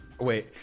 Wait